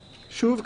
שוב,